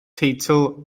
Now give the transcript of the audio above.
teitl